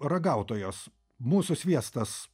ragautojos mūsų sviestas